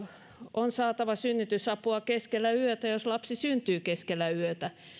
on saatava synnytysapua keskellä yötä jos lapsi syntyy keskellä yötä